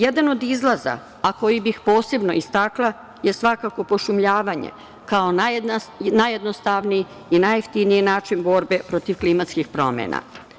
Jedan od izlaza, a koji bih istakla, je svakako pošumljavanje, kao najjednostavniji i najjeftiniji način borbe protiv klimatskih promena.